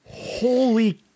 holy